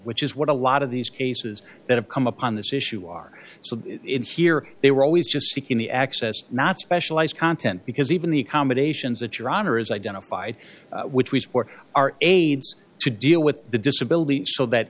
which is what a lot of these cases that have come upon this issue are so insecure they were always just seeking the access not specialized content because even the accommodations that your honor is identified which we support are aids to deal with the disability so that